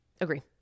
Agree